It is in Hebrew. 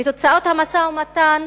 ותוצאות המשא-ומתן